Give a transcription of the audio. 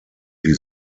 die